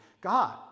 God